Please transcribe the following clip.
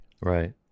Right